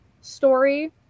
story